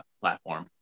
platform